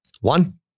One